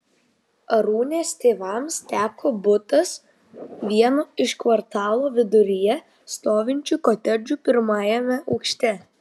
arūnės tėvams teko butas vieno iš kvartalo viduryje stovinčių kotedžų pirmajame aukšte